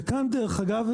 וכאן דרך אגב,